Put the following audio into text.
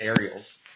aerials